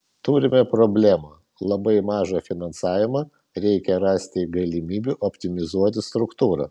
turime problemą labai mažą finansavimą reikia rasti galimybių optimizuoti struktūrą